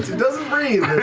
doesn't breathe,